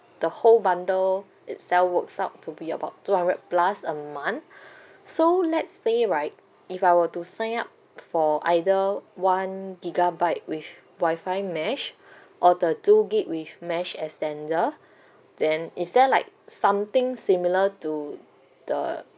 the whole bundle itself works out to be about two hundred plus a month so let's say right if I were to sign up for either one gigabyte with Wi-Fi mesh or the two gigabytes with mesh extender then is there like something similar to the